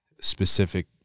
specific